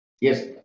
yes